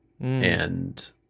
and-